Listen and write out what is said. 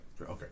Okay